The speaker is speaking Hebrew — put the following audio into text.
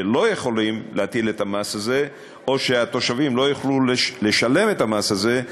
שלא יכולים להטיל את המס הזה או שהתושבים לא יוכלו לשלם את המס הזה,